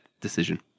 decision